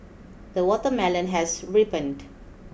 the watermelon has ripened